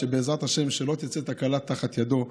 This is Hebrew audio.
בעזרת השם, שלא תצא תקלה תחת ידו.